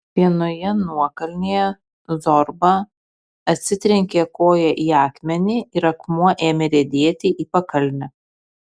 vienoje nuokalnėje zorba atsitrenkė koja į akmenį ir akmuo ėmė riedėti į pakalnę